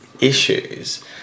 issues